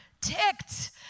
ticked